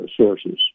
sources